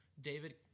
David